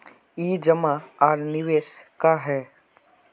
ई जमा आर निवेश का है?